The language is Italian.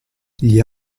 gli